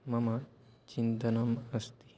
मम चिन्तनम् अस्ति